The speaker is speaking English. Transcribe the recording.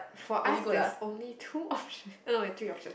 for us there's only two options eh no no three options